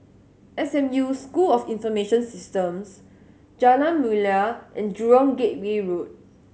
S M U School of Information Systems Jalan Mulia and Jurong Gateway Road